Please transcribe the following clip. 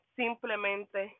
simplemente